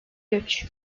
göç